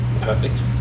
Perfect